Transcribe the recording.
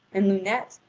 and lunete,